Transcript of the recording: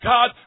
God